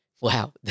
wow